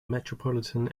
metropolitan